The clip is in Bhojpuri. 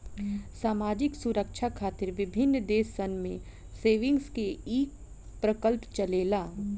सामाजिक सुरक्षा खातिर विभिन्न देश सन में सेविंग्स के ई प्रकल्प चलेला